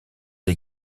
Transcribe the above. des